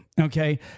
okay